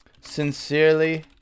Sincerely